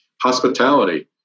Hospitality